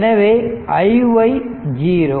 எனவே iy 0